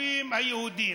ליישובים היהודיים,